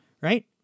right